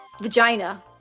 vagina